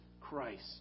Christ